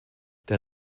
der